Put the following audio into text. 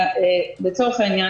לצורך העניין,